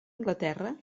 anglaterra